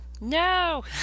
no